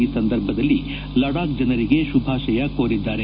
ಈ ಸಂದರ್ಭದಲ್ಲಿ ಲಡಾಖ್ ಜನರಿಗೆ ಶುಭಾಶಯ ಕೋರಿದ್ದಾರೆ